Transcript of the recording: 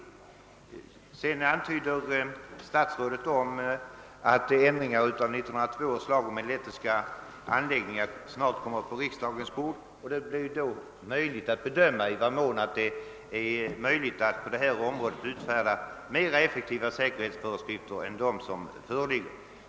Statsrådet antyder vidare att förslag till ändringar i 1902 års lag om elektriska anläggningar snart kommer på riksdagens bord och att det då blir möjligt att bedöma i vad mån det kommer att kunna utfärdas mera effektiva säkerhetsföreskrifter på detta område än de som nu gäller.